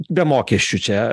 be mokesčių čia